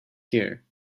here